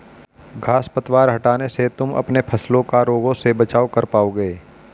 घांस पतवार हटाने से तुम अपने फसलों का रोगों से बचाव कर पाओगे